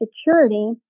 security